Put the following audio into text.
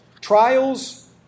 Trials